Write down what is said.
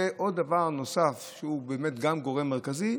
ועוד דבר נוסף שהוא באמת גם גורם מרכזי,